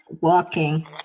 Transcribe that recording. walking